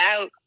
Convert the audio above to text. out